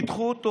תדחו אותו,